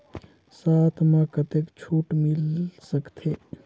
साथ म कतेक छूट मिल सकथे?